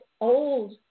old